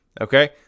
okay